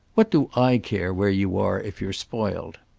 what do i care where you are if you're spoiled?